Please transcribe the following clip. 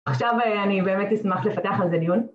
עכשיו אני באמת אשמח לפתח על זה דיון